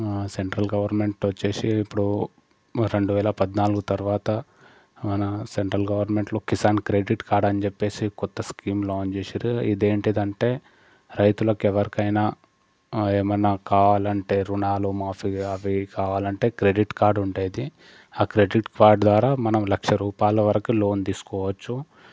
central government వచ్చేసి ఇప్పుడు రెండువేల పద్నాలుగు తర్వాత మన సెంట్రల్ గవర్నమెంట్లో కిసాన్ క్రెడిట్ కార్డు అని చెప్పేసి కొత్త స్కీమ్ ల్యాండ్ చేసిండ్రు అది ఏంటిదంటే రైతులకు ఎవరికైనా ఏమైనా కావాలంటే రుణాలు మాఫీ అవి కావాలంటే క్రెడిట్ కార్డు ఉంటుంది ఆ క్రెడిట్ కార్డ్ ద్వారా మనం లక్ష రూపాయల వరకు లోన్ తీసుకోవచ్చు